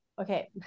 okay